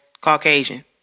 Caucasian